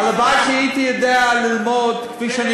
הלוואי שהייתי יודע ללמוד כפי שאני